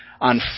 on